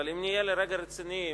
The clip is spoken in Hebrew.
אבל אם נהיה לרגע רציניים,